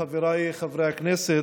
חבריי חברי הכנסת,